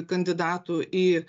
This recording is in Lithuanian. kandidatų į